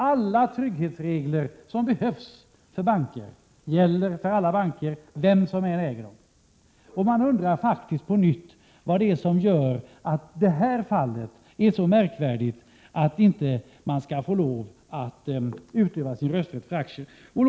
Alla trygghetsregler som behövs för bankverksamhet gäller för alla banker, vem som än äger dem. Jag undrar faktiskt, och vill fråga på nytt, vad som gör detta fall så märkvärdigt att aktieägarna inte får lov att utöva sin rösträtt.